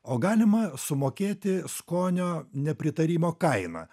o galima sumokėti skonio nepritarimo kainą